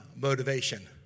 motivation